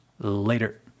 Later